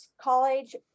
college